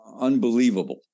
unbelievable